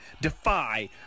defy